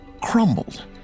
crumbled